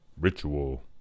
Ritual